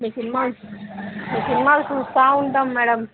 మీ cinema మీ సినిమాలు చూస్తూ ఉంటాము మేడం